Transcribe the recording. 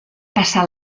passar